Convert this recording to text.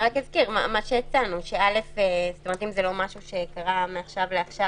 אזכיר משהו שהצענו אם זה לא משהו קרה מעכשיו לעכשיו,